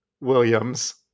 Williams